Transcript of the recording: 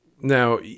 now